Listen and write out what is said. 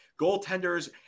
goaltenders